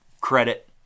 credit